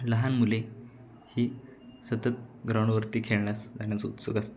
लहान मुले ही सतत ग्राउंडवरती खेळण्यास जाण्यास उत्सुक असतात